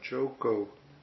Joko